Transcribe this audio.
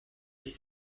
dix